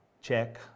check